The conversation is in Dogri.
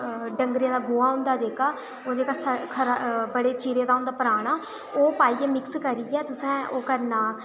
ओह् जेह्का ड़गरें दा गोहा होंदा जेह्का खरा बड़ें चिरें दा होंदा पराना ओह् पाइयै मिक्स करियै तुसें ओह् करना ओह् लाना